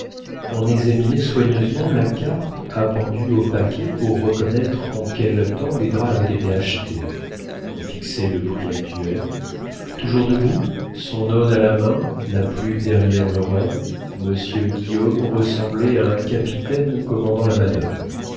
on examinait soigneusement la carte appendue au paquet pour reconnaître en quel temps les draps avaient été achetés on fixait le prix actuel toujours debout son aune à la main la plume derrière l'oreille monsieur guillaume ressemblait à un capitaine commandant la manoeuvre